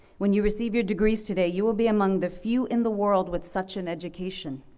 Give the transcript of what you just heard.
when you receive your degrees today you will be among the few in the world with such an education,